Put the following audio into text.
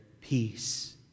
peace